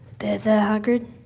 there, there hagrid.